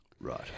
Right